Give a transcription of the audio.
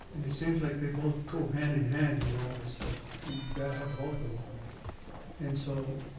and it seems like they both go hand in hand, you know. and it's like, you gotta have both of um and so,